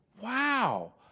Wow